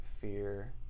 fear